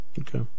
okay